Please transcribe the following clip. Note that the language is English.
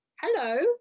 hello